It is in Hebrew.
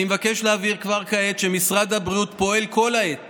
אני מבקש להבהיר כבר כעת שמשרד הבריאות פועל כל העת